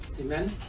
Amen